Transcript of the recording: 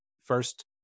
first